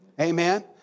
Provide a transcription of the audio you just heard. Amen